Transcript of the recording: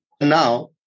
Now